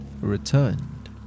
returned